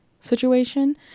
situation